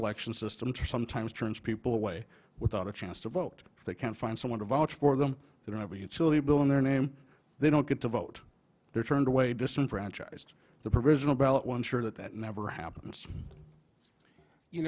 election systems are sometimes turns people away without a chance to vote if they can't find someone to vouch for them they don't have a utility bill in their name they don't get to vote they're turned away disenfranchised the provisional ballot won sure that that never happens you